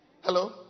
Hello